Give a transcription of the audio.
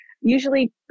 Usually